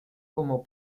como